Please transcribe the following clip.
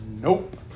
Nope